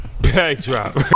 Backdrop